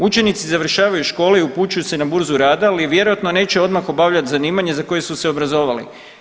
Učenici završavaju škole i upućuju se na burzu rada, ali vjerojatno neće odmah obavljat zanimanje za koje su se obrazovali.